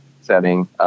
setting